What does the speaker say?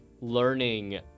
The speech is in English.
learning